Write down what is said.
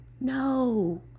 no